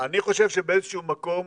אני חושב שבאיזה שהוא מקום